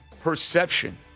perception